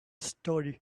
story